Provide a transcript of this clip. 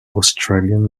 australian